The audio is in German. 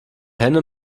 henne